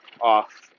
off